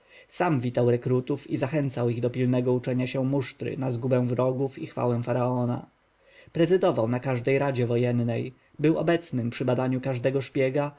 sam witał rekrutów i zachęcał ich do pilnego uczenia się musztry na zgubę wrogów i chwałę faraona prezydował na każdej radzie wojennej był obecnym przy badaniu każdego szpiega